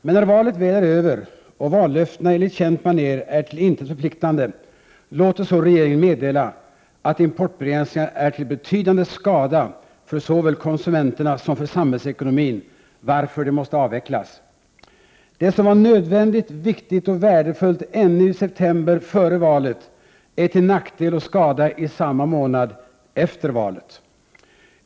Men när valet väl är över och vallöftena enligt känt maner är till intet förpliktande låter så regeringen meddela att importbegränsningarna är till betydande skada såväl för konsumenterna som för samhällsekonomin, varför de måste avvecklas. Det som var nödvändigt, viktigt och värdefullt ännu i september, före valet, är till nackdel och skada i samma månad efter valet.